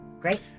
Great